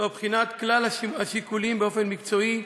תוך בחינת כלל השיקולים באופן מקצועי,